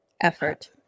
Effort